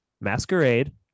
masquerade